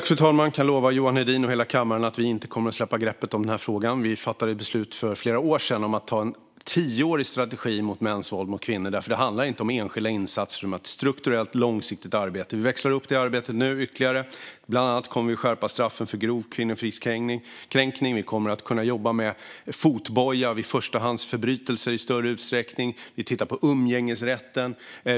Fru talman! Jag kan lova Johan Hedin och hela kammaren att vi inte kommer att släppa greppet om den här frågan. Vi fattade beslut för flera år sedan om en tioårig strategi mot mäns våld mot kvinnor. Det handlar inte om enskilda insatser utan om ett strukturellt, långsiktigt arbete. Vi växlar nu upp det arbetet ytterligare. Bland annat kommer vi att skärpa straffen för grov kvinnofridskränkning. Vi kommer att kunna jobba med fotboja vid förstagångsförbrytelser i större utsträckning. Vi tittar på umgängesrätten.